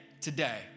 today